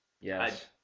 Yes